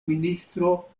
ministro